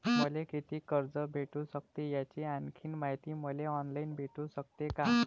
मले कितीक कर्ज भेटू सकते, याची आणखीन मायती मले ऑनलाईन भेटू सकते का?